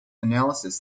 analysis